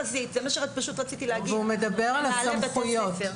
הוא מדבר על סמכויות.